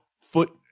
foot